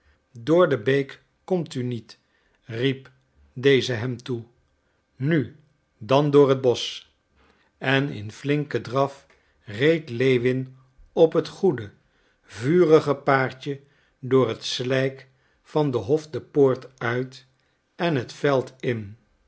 door de beek komt u niet riep deze hem toe nu dan door het bosch en in flinken draf reed lewin op het goede vurige paardje door het slijk van den hof de poort uit en het veld in